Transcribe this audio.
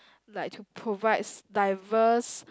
like provide diverse